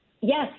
Yes